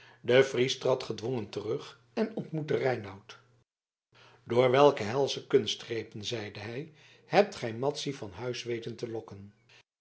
de fries trad gedwongen terug en ontmoette reinout door welke helsche kunstgrepen zeide hij hebt gij madzy van huis weten te lokken